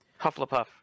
Hufflepuff